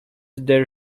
their